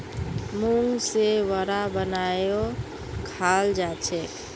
मूंग से वड़ा बनएयों खाल जाछेक